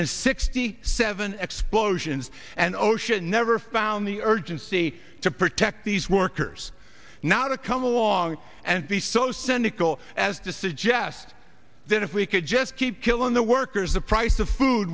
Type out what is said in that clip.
been sixty seven explosions and osha never found the urgency to protect these workers now to come along and be so cynical as to suggest that if we could just keep killing the workers the price of food